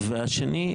והשני,